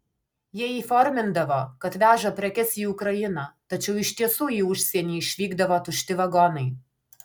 jie įformindavo kad veža prekes į ukrainą tačiau iš tiesų į užsienį išvykdavo tušti vagonai